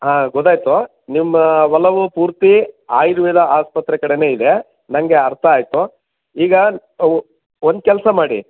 ಹಾಂ ಗೊತ್ತಾಯಿತು ನಿಮ್ಮ ಒಲವು ಪೂರ್ತಿ ಆಯುರ್ವೇದ ಆಸ್ಪತ್ರೆ ಕಡೆಯೇ ಇದೆ ನನಗೆ ಅರ್ಥ ಆಯಿತು ಈಗ ಒಂದು ಕೆಲಸ ಮಾಡಿ